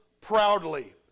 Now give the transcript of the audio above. proudly